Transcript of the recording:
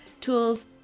tools